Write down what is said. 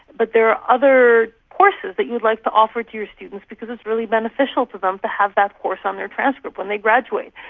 but there are other courses that you'd like to offer to your students because it is really beneficial to them to have that course on their transcript when they graduate.